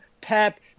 Pep